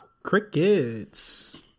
Crickets